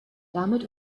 damit